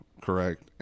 correct